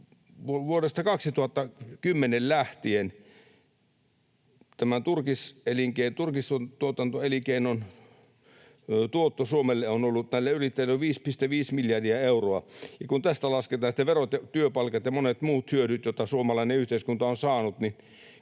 vuodesta 2010 lähtien, tämän turkistuotantoelinkeinon tuotto Suomelle, tai näille yrittäjille, on ollut 5,5 miljardia euroa, ja kun tästä lasketaan sitten verot ja työpaikat ja monet muut hyödyt, joita suomalainen yhteiskunta on saanut, niin